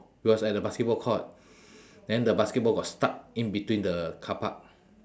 it was at the basketball court then the basketball got stuck in between the carpark